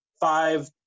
five